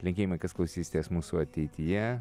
linkėjimai kas klausysitės mūsų ateityje